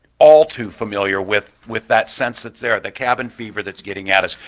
all too familiar with with that sense that's there, the cabin fever that's getting at us,